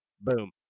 Boom